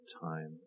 time